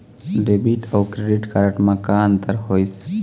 Debit अऊ credit card म का अंतर होइस?